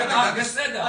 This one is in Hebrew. זה בסדר,